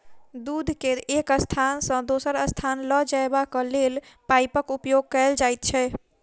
दूध के एक स्थान सॅ दोसर स्थान ल जयबाक लेल पाइपक उपयोग कयल जाइत छै